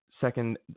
second